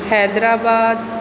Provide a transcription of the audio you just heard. Hyderabad